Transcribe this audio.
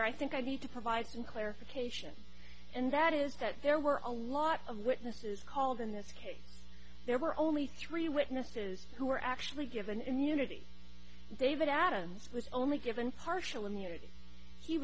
honor i think i need to provide some clarification and that is that there were a lot of witnesses called in this case there were only three witnesses who were actually given immunity david adams was only given partial immunity he